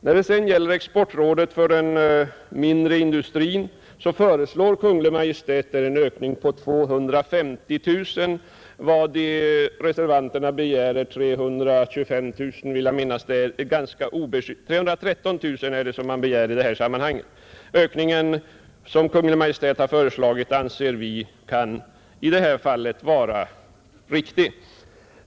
När det sedan gäller exportrådet för den mindre industrin så föreslår Kungl. Maj:t en ökning av detta anslag med 250 000 kronor. Reservanterna begär 313 000. Den av Kungl. Maj:t föreslagna ökningen anser vi vara riktig.